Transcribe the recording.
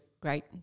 great